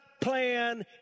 plan